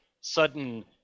sudden